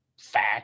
fact